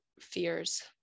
fears